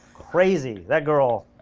crazy, that girl,